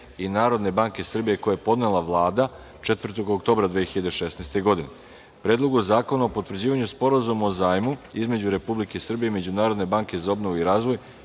i Narodne banke Srbije, koji je podnela Vlada, 4. oktobra 2016. godine; Predlogu zakona o potvrđivanju sporazuma o zajmu između Republike Srbije i Međunarodne banke za obnovu i razvoj,